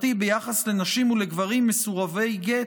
והעובדתי ביחס לנשים ולגברים מסורבי גט